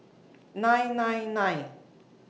nine nine nine